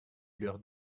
leurs